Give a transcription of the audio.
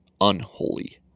unholy